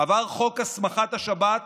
עבר חוק הסמכת השב"כ